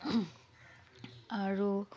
আৰু